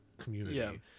Community